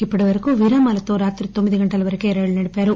ఇప్పటివరకు విరామాలతో రాత్రి తొమ్మిది గంటల వరకు రైళ్లను నడిపారు